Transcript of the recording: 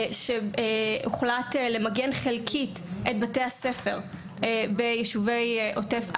שם הוחלט למגן חלקית את בתי הספר ביישובי עוטף עזה,